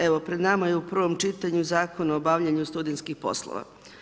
Evo, pred nama je u prvom čitanju Zakon o obavljanju studentskih poslova.